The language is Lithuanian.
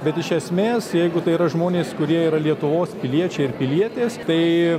bet iš esmės jeigu tai yra žmonės kurie yra lietuvos piliečiai ir pilietės tai